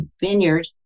vineyard